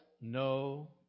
no